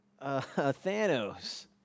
Thanos